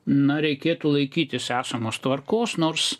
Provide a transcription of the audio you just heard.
na reikėtų laikytis esamos tvarkos nors